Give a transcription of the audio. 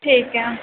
ਠੀਕ ਏ